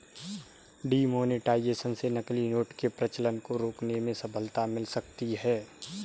demonetisation से नकली note के प्रचलन को रोकने में सफलता मिल सकती है